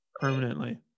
permanently